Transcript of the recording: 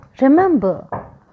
Remember